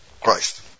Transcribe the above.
Christ